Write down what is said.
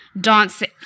dancing